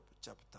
chapter